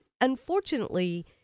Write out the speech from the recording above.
unfortunately